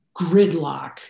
gridlock